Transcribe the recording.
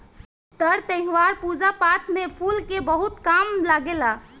तर त्यौहार, पूजा पाठ में फूल के बहुत काम लागेला